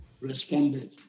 responded